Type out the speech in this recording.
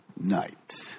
night